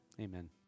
amen